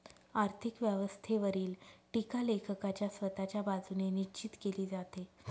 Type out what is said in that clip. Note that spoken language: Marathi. आर्थिक व्यवस्थेवरील टीका लेखकाच्या स्वतःच्या बाजूने निश्चित केली जाते